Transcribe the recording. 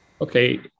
okay